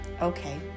Okay